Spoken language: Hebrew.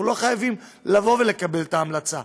אנחנו לא חייבים לקבל את ההמלצה.